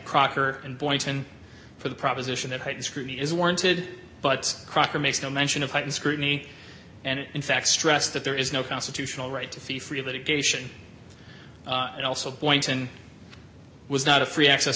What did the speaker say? crocker and boynton for the proposition that heightened scrutiny is warranted but crocker makes no mention of heightened scrutiny and in fact stressed that there is no constitutional right to feel free of litigation and also boyington was not a free access